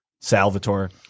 Salvatore